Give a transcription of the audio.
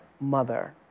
mother